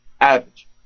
average